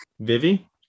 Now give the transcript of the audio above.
Vivi